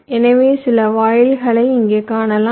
எனவே சில வாயில்களை இங்கே காணலாம்